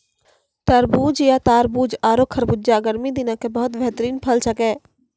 तरबूज या तारबूज आरो खरबूजा गर्मी दिनों के एक बेहतरीन फल छेकै